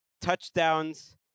touchdowns